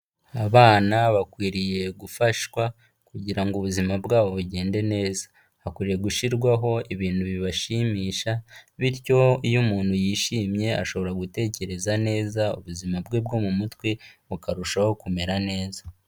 Abana bakwiriye gufashwa kugira ngo ubuzima bwabo bugende neza, hakwiriye gushyirwaho ibintu bibashimisha bityo iyo umuntu yishimye ashobora gutekereza neza ubuzima bwe bwo mu mutwe bukarushaho kumera neza.